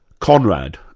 conrad,